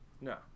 No